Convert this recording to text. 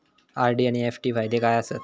RD आनि FD फायदे काय आसात?